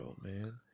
man